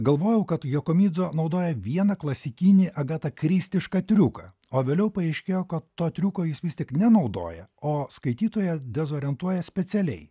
galvojau kad jakomidzo naudoja vieną klasikinį agatakristišką triuką o vėliau paaiškėjo kad to triuko jis vis tik nenaudoja o skaitytoją dezorientuoja specialiai